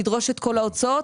לדרוש את כל ההוצאות,